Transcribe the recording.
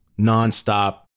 nonstop